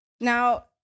Now